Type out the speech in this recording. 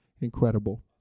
incredible